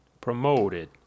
promoted